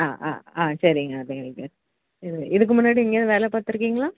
ஆ ஆ ஆ சரிங்க சரிங்க இதுக்கு முன்னாடி எங்கேயாவது வேலை பார்த்துருக்கீங்களா